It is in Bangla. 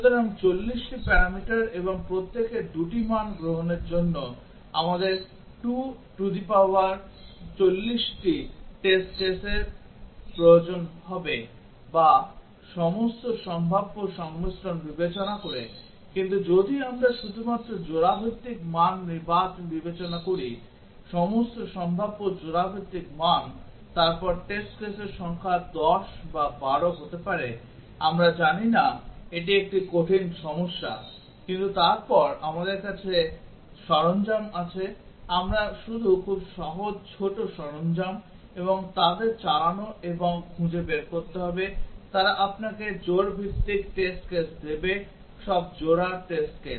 সুতরাং 40 টি প্যারামিটার এবং প্রত্যেকের 2 টি মান গ্রহণের জন্য আমাদের 2 টু দি পাওয়ার 40 টি টেস্ট কেসের প্রয়োজন হবে বা সমস্ত সম্ভাব্য সংমিশ্রণ বিবেচনা করে কিন্তু যদি আমরা শুধুমাত্র জোড়া ভিত্তিক মান বিবেচনা করি সমস্ত সম্ভাব্য জোড়া ভিত্তিক মান তারপর টেস্ট কেসের সংখ্যা 10 বা 12 হতে পারে আমরা জানি না এটি একটি কঠিন সমস্যা কিন্তু তারপর আমাদের কাছে সরঞ্জাম আছে আমরা শুধু খুব সহজ ছোট সরঞ্জাম এবং তাদের চালানো এবং খুঁজে বের করতে হবে তারা আপনাকে জোড়া ভিত্তিক টেস্ট কেস দেবে সব জোড়া টেস্ট কেস